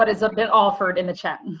but has been offered in the chat.